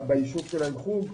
ביישוב שלהם חוג,